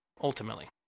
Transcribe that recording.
ultimately